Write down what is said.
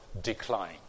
decline